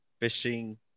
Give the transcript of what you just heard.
fishing